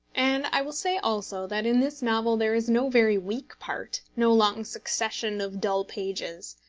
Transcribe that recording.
and i will say also that in this novel there is no very weak part no long succession of dull pages.